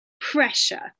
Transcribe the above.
pressure